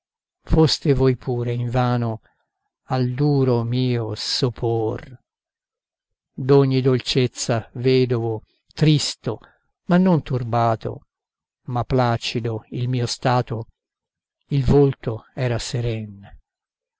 foste voi pure invano al duro mio sopor d'ogni dolcezza vedovo tristo ma non turbato ma placido il mio stato il volto era seren